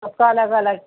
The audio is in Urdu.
سب کا الگ الگ